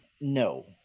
No